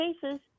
cases